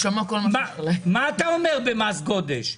מה אתה אומר במס גודש?